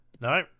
No